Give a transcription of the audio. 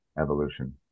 evolution